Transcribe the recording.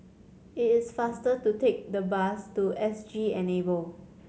it is faster to take the bus to S G Enable